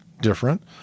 different